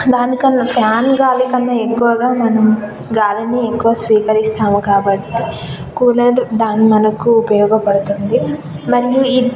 దానికన్నా ఫ్యాన్ గాలి కన్నా ఎక్కువగా మనం గాలిని ఎక్కువ స్వీకరిస్తాం కాబట్టి కూలర్ గాలి మనకు ఉపయోగపడుతుంది మరియు